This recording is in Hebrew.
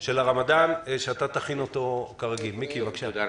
מיקי, בבקשה.